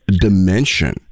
dimension